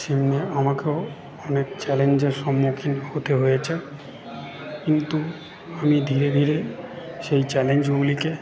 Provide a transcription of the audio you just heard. সেমনি আমাকেও অনেক চ্যালেঞ্জের সম্মুখীন হতে হয়েছে কিন্তু আমি ধীরে ধীরে সেই চ্যালেঞ্জগুলিকে